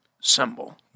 symbol